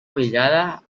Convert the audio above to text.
obligada